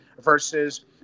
versus